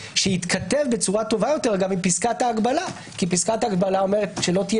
שיתכתב בצורה יותר טובה עם פסקת ההגבלה כי היא אומרת שלא תהיה